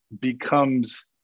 becomes